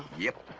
yep.